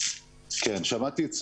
שמעתי את